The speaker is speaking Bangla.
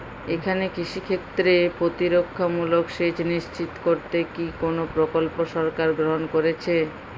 এখানে কৃষিক্ষেত্রে প্রতিরক্ষামূলক সেচ নিশ্চিত করতে কি কোনো প্রকল্প সরকার গ্রহন করেছে?